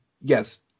yes